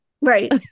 Right